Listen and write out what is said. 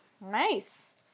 Nice